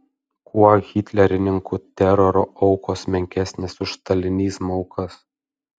kuo hitlerininkų teroro aukos menkesnės už stalinizmo aukas